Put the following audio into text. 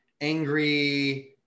angry